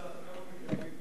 כבוד סגן השר, כמה מקבלים,